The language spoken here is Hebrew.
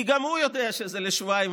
כי גם הוא יודע שזה לשבועיים,